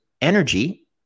energy